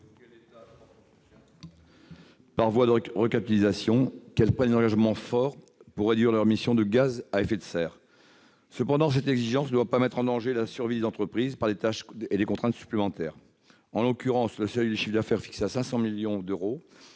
par voie de recapitalisation qu'elles prennent des engagements forts pour réduire leurs émissions de gaz à effet de serre. Cependant, cette exigence ne doit pas mettre en danger la survie des entreprises par des tâches et des contraintes supplémentaires. En l'occurrence, le seuil de chiffre d'affaires de 500 millions d'euros